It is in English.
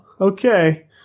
okay